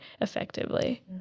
effectively